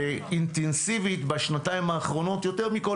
ואינטנסיבית בשנתיים האחרונות יותר מכל